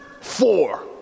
four